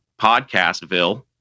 podcastville